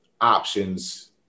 options